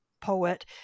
poet